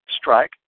strike